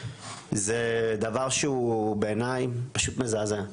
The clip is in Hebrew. זה דבר שהוא בעיניי פשוט מזעזע.